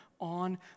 on